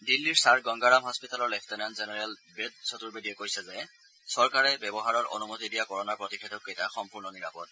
দিল্লীৰ ছাৰ গংগাৰাম হাস্পিতালৰ lieutenant general Ved চতুবেদীয়ে কৈছে যে চৰকাৰে ব্যৱহাৰৰ অনুমতি দিয়া কৰ'না প্ৰতিষেধককেইটা সম্পূৰ্ণ নিৰাপদ